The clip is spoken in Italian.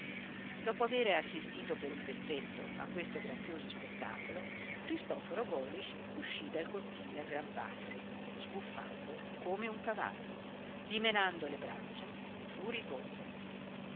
dopo aver assistito per un pezzetto a questo grazioso spettacolo cristoforo golisch uscì dal cortile a gran passi sbuffando come un cavallo dimenando le braccia furibondo